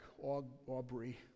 Aubrey